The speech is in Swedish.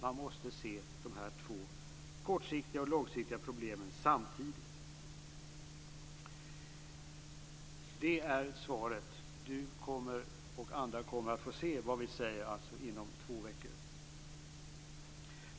Man måste se de kortsiktiga och de långsiktiga problemen samtidigt. Detta är svaret. Erik Åsbrink och andra kommer att få höra vad Folkpartiet säger inom två veckor.